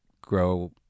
grow